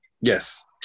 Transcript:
yes